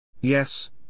Yes